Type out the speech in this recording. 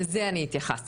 לזה אני התייחסתי,